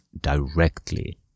directly